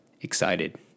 excited